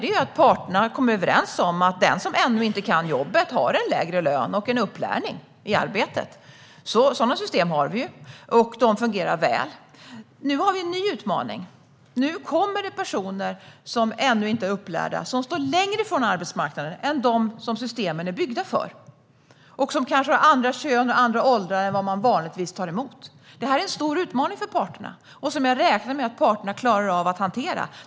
Det är att parterna kommer överens om att den som ännu inte kan jobbet har en lägre lön och en upplärning i arbetet. Sådana system har vi, och de fungerar väl. Nu har vi en ny utmaning. Nu kommer det personer som ännu inte är upplärda och som står längre från arbetsmarknaden än de som systemen är byggda för. De kanske är av annat kön och annan ålder än vad man vanligtvis tar emot. Det är en stor utmaning för parterna som jag räknar med att parterna klarar av att hantera.